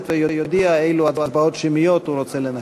ויודיע אילו הצבעות שמיות הוא רוצה לנהל.